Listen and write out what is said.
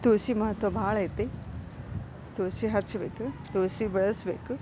ತುಳಸಿ ಮಹತ್ವ ಭಾಳೈತಿ ತುಳಸಿ ಹಚ್ಚಬೇಕು ತುಳಸಿ ಬೆಳೆಸಬೇಕು